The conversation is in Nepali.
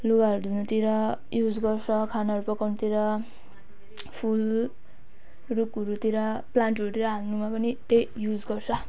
लुगाहरू धुनुतिर युज गर्छ खानाहरू पकाउनतिर फुल रुखहरूतिर प्लान्टहरूतिर हाल्नमा पनि त्यही युज गर्छ